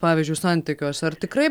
pavyzdžiui santykiuose ar tikrai